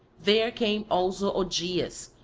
there came also augeias,